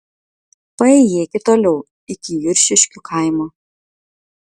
paėjėkit toliau iki juršiškių kaimo